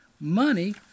money